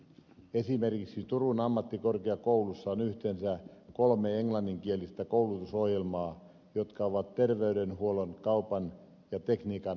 esimerkiksi turun ammattikorkeakoulussa on yhteensä kolme englanninkielistä koulutusohjelmaa jotka ovat terveydenhuollon kaupan ja tekniikan aloilla